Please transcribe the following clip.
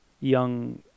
young